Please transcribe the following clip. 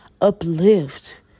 uplift